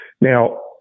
Now